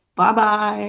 bye-bye